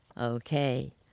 Okay